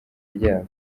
ryabo